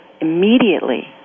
immediately